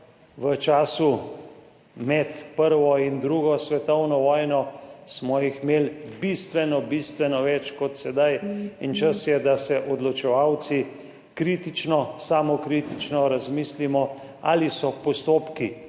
V času med prvo in drugo svetovno vojno smo jih imeli bistveno bistveno več kot sedaj, čas je, da odločevalci kritično, samokritično razmislimo, ali so postopki,